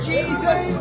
Jesus